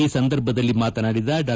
ಈ ಸಂದರ್ಭದಲ್ಲಿ ಮಾತನಾಡಿದ ಡಾ